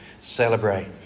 celebrate